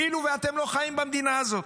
כאילו שאתם לא חיים במדינה הזאת.